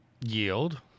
Yield